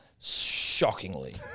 Shockingly